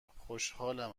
خوشحالم